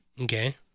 Okay